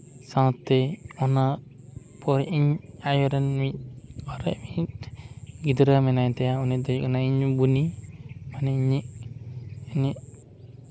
ᱥᱟᱶᱛᱮ ᱚᱱᱟ ᱯᱚᱨ ᱤᱧ ᱟᱭᱳ ᱨᱮᱱ ᱢᱤᱫ ᱟᱨ ᱢᱤᱫ ᱜᱤᱫᱽᱨᱟᱹ ᱢᱮᱱᱟᱭ ᱛᱟᱭᱟ ᱩᱱ ᱫᱚᱭ ᱦᱳᱭᱳᱜ ᱠᱟᱱᱟ ᱤᱧ ᱵᱳᱱᱤ ᱢᱟᱱᱮ ᱤᱧᱤᱡ ᱤᱧᱤᱡ